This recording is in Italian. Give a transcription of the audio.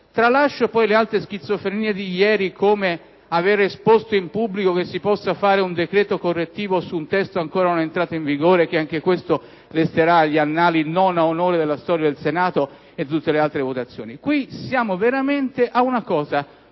Tralascio poi le altre schizofrenie di ieri, come aver dichiarato in pubblico che si possa fare un decreto correttivo su un testo ancora non entrato in vigore. Anche questo resterà agli annali non a onore della storia del Senato. Qui siamo veramente ad una cosa